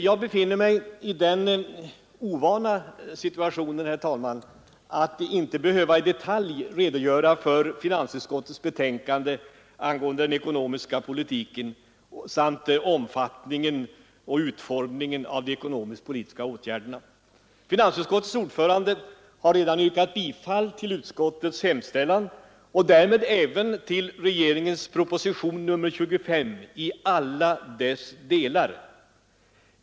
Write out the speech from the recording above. Jag befinner mig i den ovana situationen att här inte behöva i detalj redogöra för finansutskottets betänkande angående den ekonomiska politiken samt omfattningen och utformningen av de ekonomisk-politiska åtgärderna. Finansutskottets ordförande har redan yrkat bifall till utskottets hemställan och därmed även till regeringens proposition nr 25 i alla dess delar.